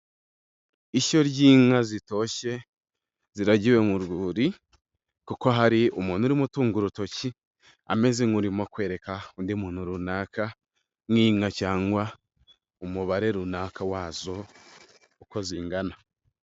Ishyo ry'inka zitoshye ziragiwe mu rwuri kuko hari umuntu urimo utunga urutoki ameze nk'urimo kwereka undi muntu runaka, n'inka cyangwa umubare runaka wazo uko zingana.